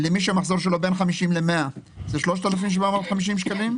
למי שהמחזור שלו בין 50 אלף ל-100 אלף 3,750 שקלים.